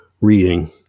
reading